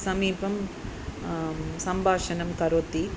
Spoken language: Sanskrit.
समीपं सम्भाषणं करोमि